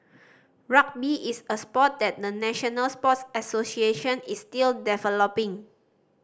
rugby is a sport that the national sports association is still developing